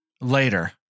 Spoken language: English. later